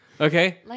Okay